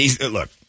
Look